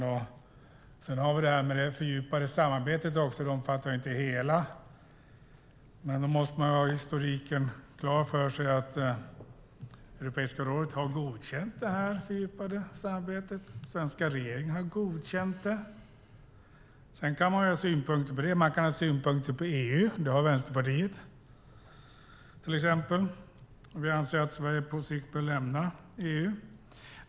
Sedan har vi även det här med det fördjupade samarbetet, och det omfattar inte hela, men då måste man ha historiken klar för sig: Europeiska rådet har godkänt detta fördjupade samarbetet, och den svenska regeringen har godkänt det. Det kan man ha synpunkter på, och man kan ha synpunkter på EU. Det har till exempel Vänsterpartiet. Vi anser att Sverige på sikt bör lämna EU.